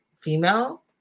female